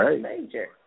major